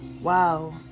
wow